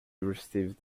received